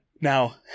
Now